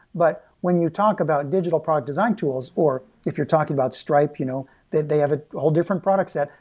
but when you talk about digital product design tools, or if you're talking about stripe, you know they they have a whole different product set.